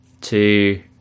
two